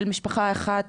של משפחה אחת